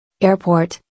Airport